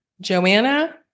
Joanna